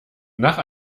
nach